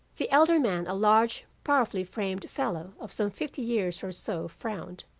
the elder man, a large powerfully framed fellow of some fifty years or so, frowned.